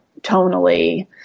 tonally